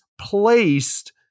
placed